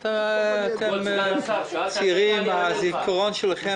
את ה-1,000 שקלים האלה משלמים היום כל רבעון?